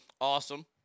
awesome